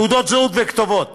תעודות זהות וכתובות